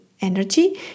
energy